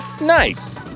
Nice